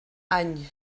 any